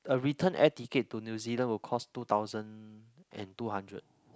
a return air ticket to New-Zealand will cost two thousand and two hundred